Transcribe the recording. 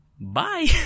bye